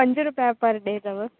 पंज रूपिया पर ॾे अथव